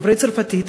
דוברי צרפתית,